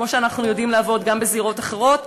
כמו שאנחנו יודעים לעבוד גם בזירות אחרות,